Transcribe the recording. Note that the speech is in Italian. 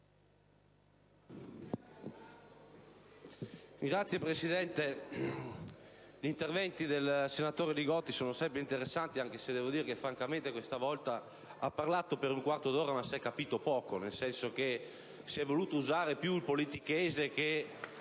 Signor Presidente, gli interventi del senatore Li Gotti sono sempre interessanti, anche se francamente questa volta ha parlato per un quarto d'ora, ma si è capito poco. Si è voluto usare più il politichese che